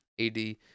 AD